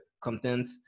content